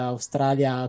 Australia